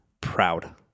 proud